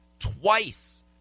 Twice